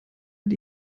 mit